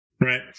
right